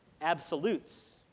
absolutes